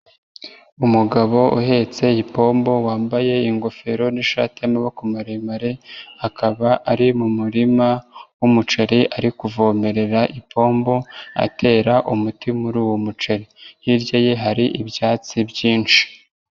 Umugabo uhetse ipombo wambaye ingofero n'ishati y'amaboko maremare akaba ari mu murima w'umuceri ari kuvomerera ipombo atera umuti muri uwo muceri, hirya ye hari ibyatsi byinshi.